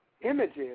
images